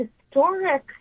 historic